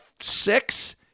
six